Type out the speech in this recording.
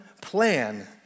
plan